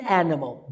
animal